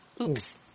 Oops